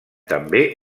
també